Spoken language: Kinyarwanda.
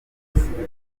igisirikare